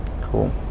Cool